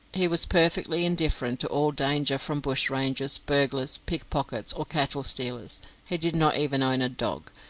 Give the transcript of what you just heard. he was perfectly indifferent to all danger from bush-rangers, burglars, pickpockets, or cattle stealers he did not even own a dog,